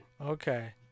Okay